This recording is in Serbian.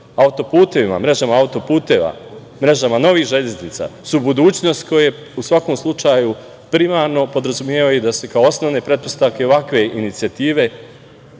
autoputevima, mrežama autoputeva, mrežama novih železnica su budućnost koja u svakom slučaju primarno podrazumevaju da se kao osnovne pretpostavke ovakve inicijative